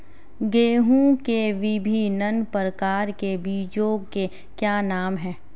गेहूँ के विभिन्न प्रकार के बीजों के क्या नाम हैं?